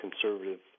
conservative